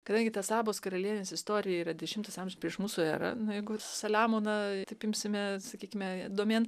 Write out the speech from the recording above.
kadangi ta sabos karalienės istorija yra dešimtas amžius prieš mūsų erą na jeigu ir saliamoną imsime sakykime domėn